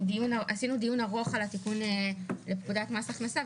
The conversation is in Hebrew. עשינו דיון ארוך על פקודת מס הכנסה,